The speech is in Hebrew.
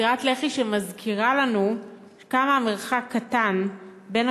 סטירת לחי שמזכירה לנו כמה קטן המרחק